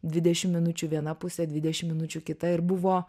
dvudešim minučių viena pusė dvidešim minučių kita ir buvo